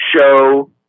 show